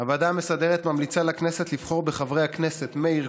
הוועדה המסדרת ממליצה לכנסת לבחור בחברי הכנסת מאיר